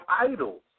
idols